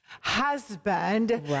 husband